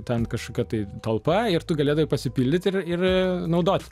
ten kažkokia tai talpa ir tu galėdavai pasipildyti ir ir naudoti